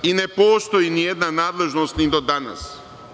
I ne postoji ni jedna nadležnost ni do danas.